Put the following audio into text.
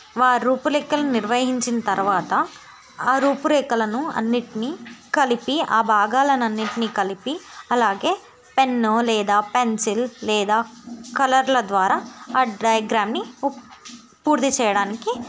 రూపురేఖలని నిర్వహించిన తర్వాత ఆ రూపురేఖలను అన్నిటినీ కలిపి ఆ భాగాలను అన్నిటినీ కలిపి అలాగే పెన్ను లేదా పెన్సిల్ లేదా కలర్ల ద్వారా ఆ డయగ్రామ్ని పూర్తి చేయడానికి